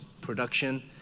production